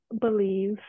believe